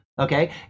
okay